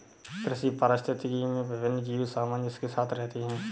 कृषि पारिस्थितिकी में विभिन्न जीव सामंजस्य के साथ रहते हैं